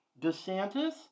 DeSantis